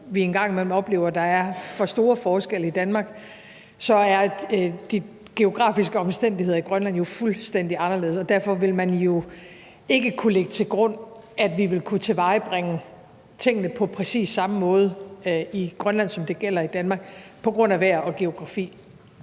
vi en gang imellem oplever, at der er for store forskelle i Danmark, så er de geografiske omstændigheder i Grønland jo fuldstændig anderledes, og derfor vil man jo ikke kunne lægge til grund, at vi vil kunne tilvejebringe tingene på præcis samme måde i Grønland, som det gælder i Danmark, på grund af vejr og geografi.